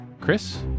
Chris